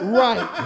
right